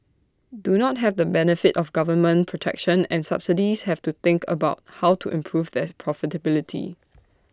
do not have the benefit of government protection and subsidies have to think about how to improve their profitability